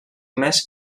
més